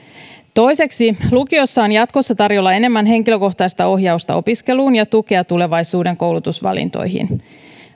toiseksi lukiossa on jatkossa tarjolla enemmän henkilökohtaista ohjausta opiskeluun ja tukea tulevaisuuden koulutusvalintoihin